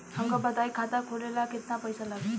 हमका बताई खाता खोले ला केतना पईसा लागी?